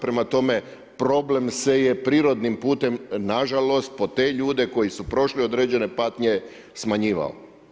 Prema tome, problem se je prirodnim putem, nažalost, po te ljude koji su prošli određene patnje smanjivao.